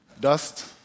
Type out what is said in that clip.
Dust